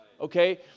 okay